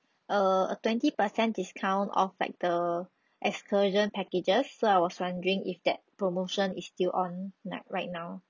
err a twenty percent discount off like the excursion packages so I was wondering if that promotion is still on right right now